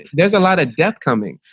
there's a lot of death coming,